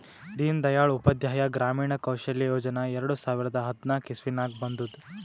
ದೀನ್ ದಯಾಳ್ ಉಪಾಧ್ಯಾಯ ಗ್ರಾಮೀಣ ಕೌಶಲ್ಯ ಯೋಜನಾ ಎರಡು ಸಾವಿರದ ಹದ್ನಾಕ್ ಇಸ್ವಿನಾಗ್ ಬಂದುದ್